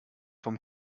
vom